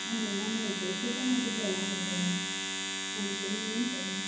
ஆ எல்லாமே இருக்கு சூப்பர் மார்க்கெட்டில் எல்லாமே இருக்குங்க உங்களுக்கு என்ன வேணும்ன்னு சொல்லுங்கள்